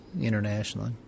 internationally